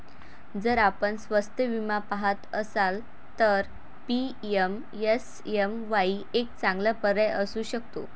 जर आपण स्वस्त विमा पहात असाल तर पी.एम.एस.एम.वाई एक चांगला पर्याय असू शकतो